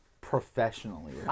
professionally